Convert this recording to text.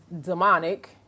demonic